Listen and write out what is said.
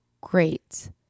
great